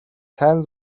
сайн